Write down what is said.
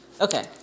Okay